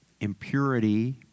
impurity